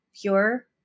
pure